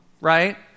right